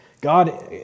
God